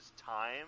time